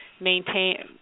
maintain –